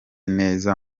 neza